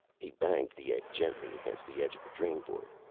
he banged the egg gently against the edge of the drain board.